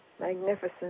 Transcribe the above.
magnificent